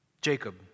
Jacob